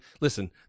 listen